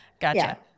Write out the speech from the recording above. Gotcha